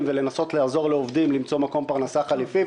וניסיון לעזור לעובדים למצוא מקום פרנסה חליפי.